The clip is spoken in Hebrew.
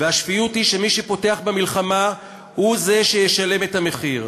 והשפיות היא שמי שפותח במלחמה הוא שישלם את המחיר,